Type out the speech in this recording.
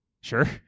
Sure